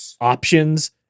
options